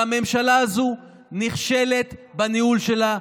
והממשלה הזאת נכשלת בניהול שלה,